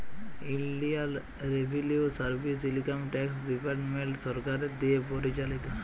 ইলডিয়াল revenue service income tax department সরকারের দিঁয়ে পরিচালিত